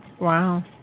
Wow